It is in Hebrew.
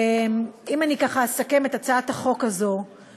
אם אני ככה אסכם את הצעת החוק הזאת,